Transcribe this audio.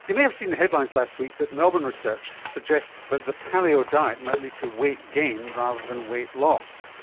you may have seen the headlines last week that melbourne research suggests that the paleo diet might lead to weight gain rather than weight loss.